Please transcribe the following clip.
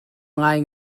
ngai